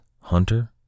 Hunter